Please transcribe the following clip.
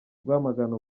rwamagana